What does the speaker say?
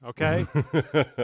okay